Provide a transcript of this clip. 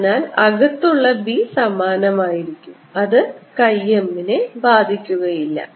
അതിനാൽ അകത്തുള്ള b സമാനമായിരിക്കും അത് chi m നെ ബാധിക്കുകയില്ല